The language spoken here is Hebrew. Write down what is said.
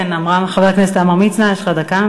כן, חבר הכנסת עמרם מצנע, יש לך דקה.